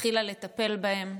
התחילה לטפל בהן.